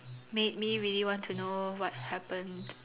made me really want to know what happened